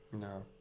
No